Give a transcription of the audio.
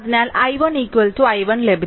അതിനാൽ i1 i1 ലഭിച്ചു 0